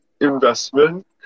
investment